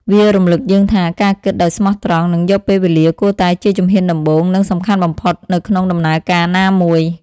វារំលឹកយើងថា ការគិតដោយស្មោះត្រង់ និងយកពេលវេលាគួរតែជាជំហានដំបូង និងសំខាន់បំផុត នៅក្នុងដំណើរការណាមួយ។